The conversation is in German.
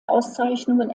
auszeichnungen